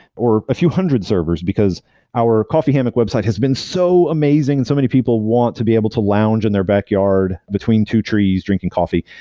or a few hundred servers, because our coffee hammock website has been so amazing and so many people want to be able to lounge in their backyard between two trees drinking coffee,